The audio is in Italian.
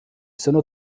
sono